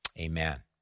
Amen